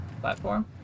Platform